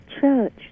church